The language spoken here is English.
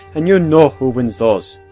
and you know who wins those.